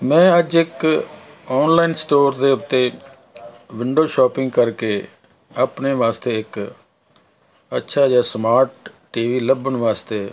ਮੈਂ ਅੱਜ ਇੱਕ ਆਨਲਾਈਨ ਸਟੋਰ ਦੇ ਉੱਤੇ ਵਿੰਡੋ ਸ਼ਾਪਿੰਗ ਕਰਕੇ ਆਪਣੇ ਵਾਸਤੇ ਇੱਕ ਅੱਛਾ ਜਿਹਾ ਸਮਾਰਟ ਟੀਵੀ ਲੱਭਣ ਵਾਸਤੇ